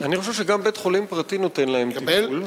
אני חושב שגם בית-חולים פרטי נותן להם טיפול.